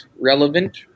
relevant